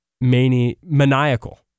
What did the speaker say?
maniacal